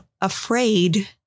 afraid